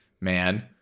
man